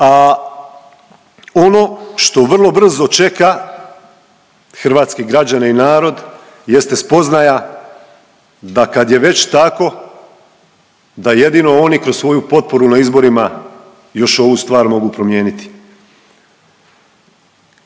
a ono što vrlo brzo čeka hrvatske građane i narod jeste spoznaja da kad je već tako da jedino oni kroz svoju potporu na izborima još ovu stvar mogu promijeniti.